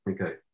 Okay